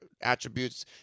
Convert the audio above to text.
attributes